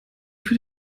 für